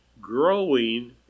growing